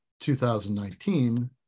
2019